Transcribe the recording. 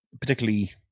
particularly